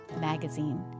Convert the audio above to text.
magazine